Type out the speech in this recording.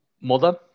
Mother